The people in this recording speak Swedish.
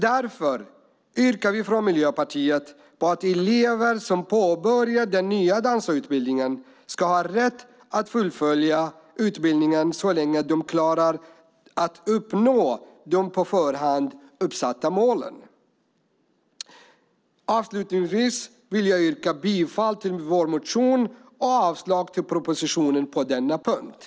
Därför yrkar vi från Miljöpartiet på att elever som påbörjar den nya dansarutbildningen ska ha rätt att fullfölja utbildningen så länge de klarar att uppnå de på förhand uppsatta målen. Jag yrkar bifall till vår reservation och avslag på förslaget i propositionen.